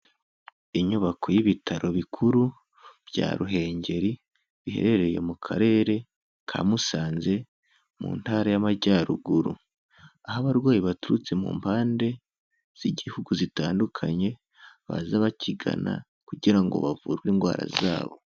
Inyubako y'ibitaro bikuru bya Ruhengeri, biherereye mu Karere ka Musanze mu ntara y'Amajyaruguru. Aho abarwayi baturutse mu mpande z'igihugu zitandukanye baza babigana kugira ngo bavurwe indwara zabo.